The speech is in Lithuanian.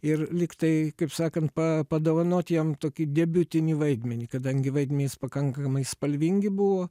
ir lygtai kaip sakant pa padovanoti jiem tokį debiutinį vaidmenį kadangi vaidmenys pakankamai spalvingi buvo